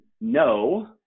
no